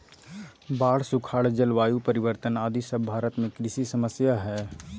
बाढ़, सुखाड़, जलवायु परिवर्तन आदि सब भारत में कृषि समस्या हय